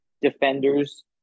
Defenders